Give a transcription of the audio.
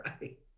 right